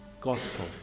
gospel